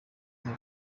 nto